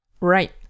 Right